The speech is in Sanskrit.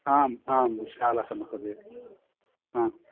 आम् आं विशालः महोदय